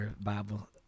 Bible